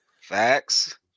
Facts